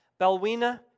Belwina